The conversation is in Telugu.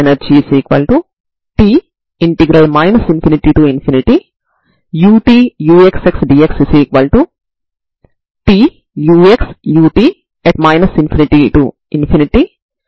తర్వాత ప్రారంభ సమాచారం ux0f a x b ను పరిష్కారం లో పెడితే ux0n1Ansin nπb a f అవుతుంది